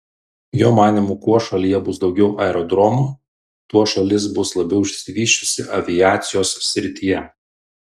jo manymu kuo šalyje bus daugiau aerodromų tuo šalis bus labiau išsivysčiusi aviacijos srityje